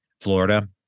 Florida